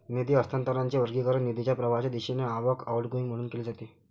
निधी हस्तांतरणाचे वर्गीकरण निधीच्या प्रवाहाच्या दिशेने आवक, आउटगोइंग म्हणून केले जाते